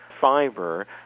fiber